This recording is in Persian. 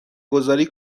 گذاری